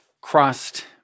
crossed